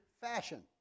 fashion